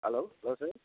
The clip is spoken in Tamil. ஹலோ சுபாஷ்